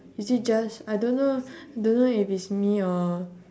is it just I don't know don't know if it's me or